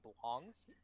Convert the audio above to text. belongs